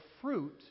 fruit